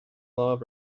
love